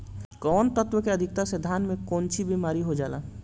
कौन तत्व के अधिकता से धान में कोनची बीमारी हो जाला?